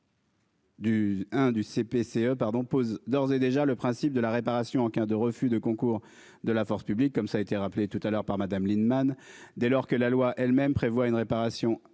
du CP-CE1 pardon pose d'ores et déjà le principe de la réparation en cas de refus de concours de la force publique comme ça été rappelé tout à l'heure par Madame Lienemann dès lors que la loi elle-même prévoit une réparation